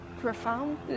profound